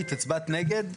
נגד?